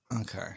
Okay